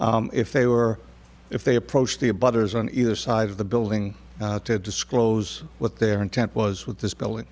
if they were if they approached the butter's on either side of the building to disclose what their intent was with this bil